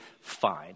fine